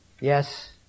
Yes